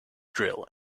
drill